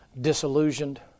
Disillusioned